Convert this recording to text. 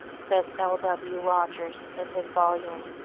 says l w. rogers in his volume,